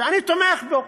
שאני תומך בו,